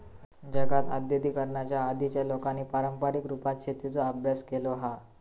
जगात आद्यिगिकीकरणाच्या आधीच्या लोकांनी पारंपारीक रुपात शेतीचो अभ्यास केलो हा